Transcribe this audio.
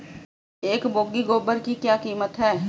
एक बोगी गोबर की क्या कीमत है?